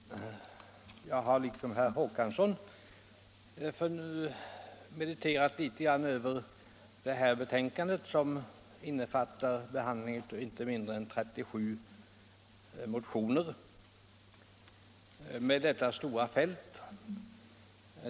Herr talman! Jag har liksom herr Håkansson i Rönneberga mediterat litet över detta betänkande, som behandlar inte mindre än 37 motioner på detta stora fält.